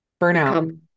burnout